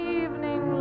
evening